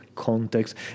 context